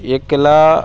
यह क़िला